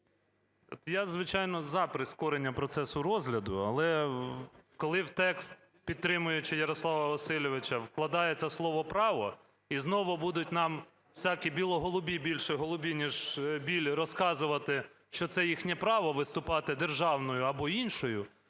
Я, звичайно, за прискорення процесу розгляду. Але, коли в текст, підтримуючи Ярослава Васильовича, вкладається слово "право" і знову будуть нам всякі біло-голубі, більше голубі, ніж білі, розказувати, що це їхнє право – виступати державною або іншою,